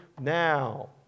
now